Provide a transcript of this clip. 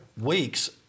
week's